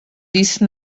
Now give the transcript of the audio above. disse